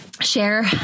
share